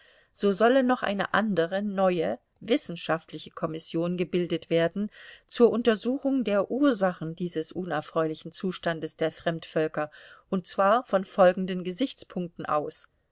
so solle noch eine andere neue wissenschaftliche kommission gebildet werden zur untersuchung der ursachen dieses unerfreulichen zustandes der fremdvölker und zwar von folgenden gesichtspunkten aus